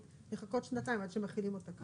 לחכות שנתיים עד שמחילים אותה כאן.